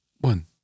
One